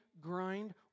grind